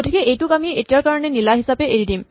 গতিকে এইটোক আমি এতিয়াৰ কাৰণে নীলা হিচাপে এৰি দিম